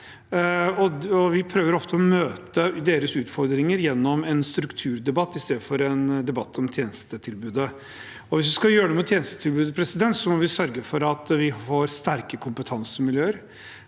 Vi prøver ofte å møte deres utfordringer gjennom en strukturdebatt i stedet for en debatt om tjenestetilbudet. Hvis vi skal gjøre noe med tjenestetilbudet, må vi sørge for at vi får sterke kompetansemiljøer,